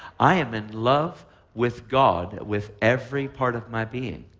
i am in love with god with every part of my being.